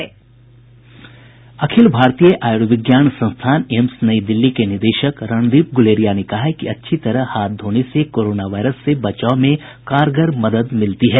अखिल भारतीय आयुर्विज्ञान संस्थान एम्स नई दिल्ली के निदेशक रणदीप गुलेरिया ने कहा है कि अच्छी तरह हाथ धोने से कोरोना वायरस से बचाव में कारगर मदद मिलती है